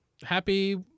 Happy